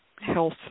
health